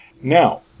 now